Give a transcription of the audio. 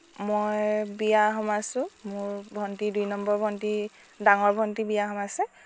মই বিয়া সোমাইছোঁ মোৰ ভণ্টী দুই নম্বৰ ভণ্টী ডাঙৰ ভণ্টী বিয়া সোমাইছে